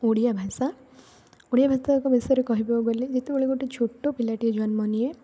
ଓଡ଼ିଆ ଭାଷା ଓଡ଼ିଆ ଭାଷା ବିଷୟରେ କହିବାକୁ ଗଲେ ଯେତେବେଳେ ଗୋଟେ ଛୋଟ ପିଲାଟିଏ ଜନ୍ମ ନିଏ